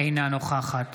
אינה נוכחת